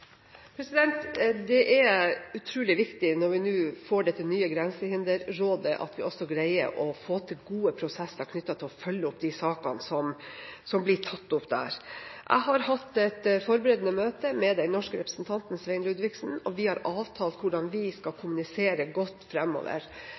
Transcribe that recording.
Det er utrolig viktig når vi nå får dette nye grensehinderrådet, at vi også greier å få til gode prosesser knyttet til å følge opp de sakene som blir tatt opp der. Jeg har hatt et forberedende møte med den norske representanten, Svein Ludvigsen, og vi har avtalt hvordan vi skal